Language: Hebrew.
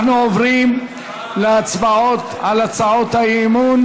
אנחנו עוברים להצבעות על הצעות האי-אמון.